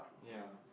ya